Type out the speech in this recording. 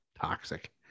toxic